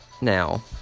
Now